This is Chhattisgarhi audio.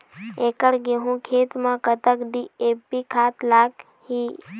एकड़ गेहूं खेत म कतक डी.ए.पी खाद लाग ही?